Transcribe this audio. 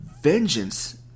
vengeance